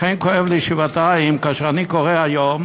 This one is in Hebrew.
לכן, כואב לי כשאני קורא היום